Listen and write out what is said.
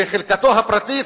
בחלקתו הפרטית,